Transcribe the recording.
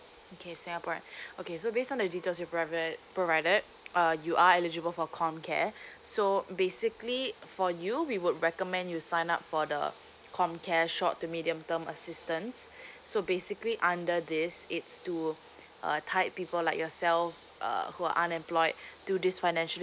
okay singaporean okay so based on the details you provat~ provided uh you are eligible for comcare so basically for you we would recommend you sign up for the comcare short to medium term assistance so basically under this it's to uh tight people like yourself uh who unemployed to this financially